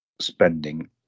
spending